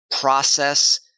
process